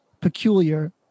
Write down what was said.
peculiar